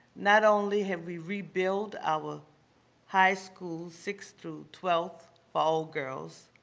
not only have we rebuilt our high school, sixth through twelfth for all girls,